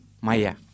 maya